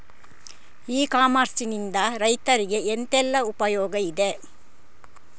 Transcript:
E commerce ನಿಂದ ರೈತರಿಗೆ ಎಂತೆಲ್ಲ ಉಪಯೋಗ ಇದೆ?